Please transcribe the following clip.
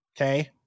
okay